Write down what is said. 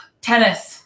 Tennis